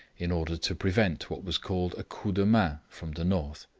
in order to prevent what was called a coup de main from the north.